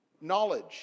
knowledge